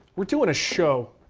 we're doing a show.